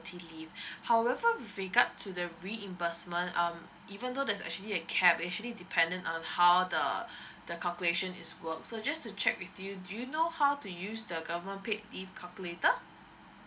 leave however with regard to the reimbursement um even though there's actually a cab it's actually dependent on how the the calculation is work so just to check with you do you know how to use the government paid leave calculator